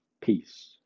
Peace